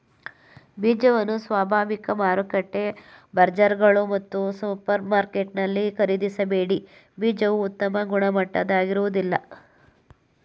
ಬೀಜವನ್ನು ಸ್ವಾಭಾವಿಕ ಮಾರುಕಟ್ಟೆ ಬಜಾರ್ಗಳು ಮತ್ತು ಸೂಪರ್ಮಾರ್ಕೆಟಲ್ಲಿ ಖರೀದಿಸಬೇಡಿ ಬೀಜವು ಉತ್ತಮ ಗುಣಮಟ್ಟದಾಗಿರೋದಿಲ್ಲ